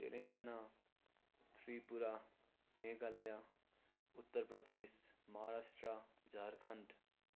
Telangana Tripura Meghalaya Uttar Pradesh Maharashtra Jharkhand